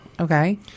Okay